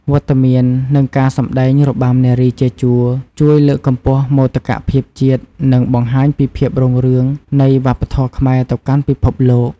វត្តមាន និងការសម្តែងរបាំនារីជាជួរជួយលើកកម្ពស់មោទកភាពជាតិ និងបង្ហាញពីភាពរុងរឿងនៃវប្បធម៌ខ្មែរទៅកាន់ពិភពលោក។